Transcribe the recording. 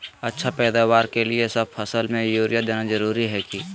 अच्छा पैदावार के लिए सब फसल में यूरिया देना जरुरी है की?